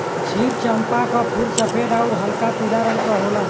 क्षीर चंपा क फूल सफेद आउर हल्का पीला रंग क होला